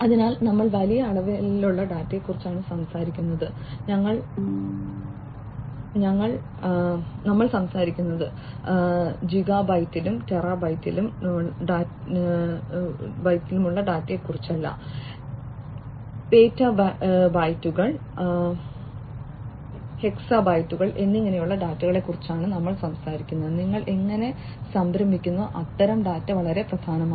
അതിനാൽ ഞങ്ങൾ വലിയ അളവിലുള്ള ഡാറ്റയെക്കുറിച്ചാണ് സംസാരിക്കുന്നത് ഞങ്ങൾ സംസാരിക്കുന്നത് ജിഗാബൈറ്റിലും ടെറാബൈറ്റിലുമുള്ള ഡാറ്റയെക്കുറിച്ചല്ല പെറ്റാബൈറ്റുകൾ ഹെക്സാബൈറ്റുകൾ എന്നിങ്ങനെയുള്ള ഡാറ്റയെക്കുറിച്ചാണ് ഞങ്ങൾ സംസാരിക്കുന്നത് നിങ്ങൾ എങ്ങനെ സംഭരിക്കുന്നു അത്തരം ഡാറ്റ വളരെ പ്രധാനമാണ്